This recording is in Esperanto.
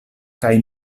kaj